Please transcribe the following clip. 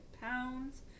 pounds